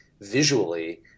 visually